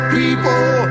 people